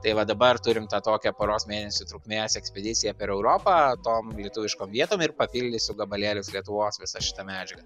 tai va dabar turim tą tokią poros mėnesių trukmės ekspediciją per europą tom lietuviškom vietom ir papildysiu gabalėlis lietuvos visa šita medžiaga